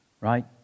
right